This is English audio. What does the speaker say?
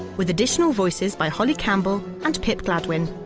with additional voices by holly campbell and pip gladwin.